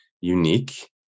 unique